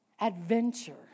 adventure